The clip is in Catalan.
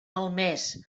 malmès